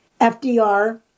FDR